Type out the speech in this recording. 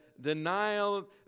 denial